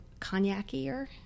cognacier